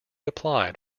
applied